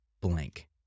blank